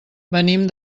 venim